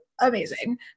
amazing